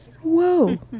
Whoa